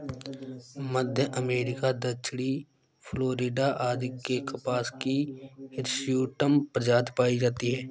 मध्य America, दक्षिणी Florida आदि में कपास की हिर्सुटम प्रजाति पाई जाती है